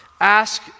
ask